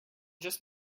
just